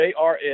JRS